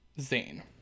zane